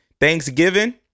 Thanksgiving